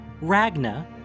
Ragna